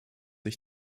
ich